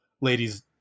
Ladies